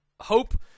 hope –